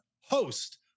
host